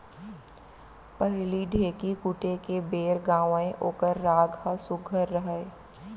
पहिली ढ़ेंकी कूटे के बेर गावयँ ओकर राग ह सुग्घर रहय